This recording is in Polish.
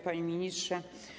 Panie Ministrze!